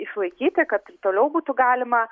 išlaikyti kad ir toliau būtų galima